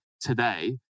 today